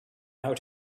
how